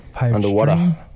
Underwater